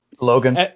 Logan